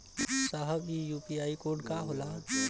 साहब इ UPI code का होला?